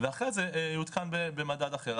ואחרי זה יעודכן במדד אחר.